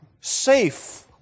safe